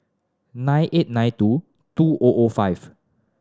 nine eight nine two two O O five